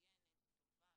מצוינת וטובה,